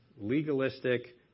legalistic